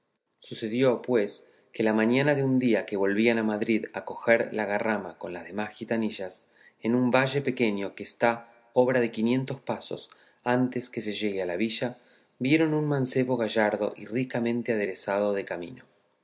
sucedió pues que la mañana de un día que volvían a madrid a coger la garrama con las demás gitanillas en un valle pequeño que está obra de quinientos pasos antes que se llegue a la villa vieron un mancebo gallardo y ricamente aderezado de camino